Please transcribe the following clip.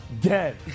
dead